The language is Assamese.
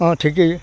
অ ঠিকেই